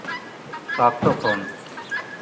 ᱥᱟᱛ ᱥᱚ ᱠᱷᱚᱱ